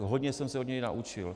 Hodně jsem se od něj naučil.